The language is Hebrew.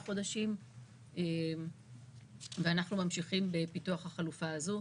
חודשים ואנחנו ממשיכים בפיתוח החלופה הזאת.